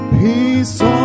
peace